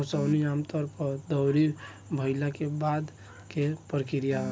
ओसवनी आमतौर पर दौरी भईला के बाद के प्रक्रिया ह